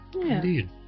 Indeed